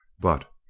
but,